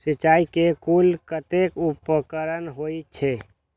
सिंचाई के कुल कतेक उपकरण होई छै?